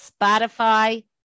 Spotify